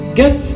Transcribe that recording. get